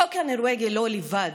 החוק הנורבגי לא לבד.